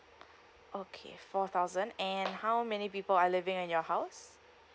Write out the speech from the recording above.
okay four thousand and how many people are living in your house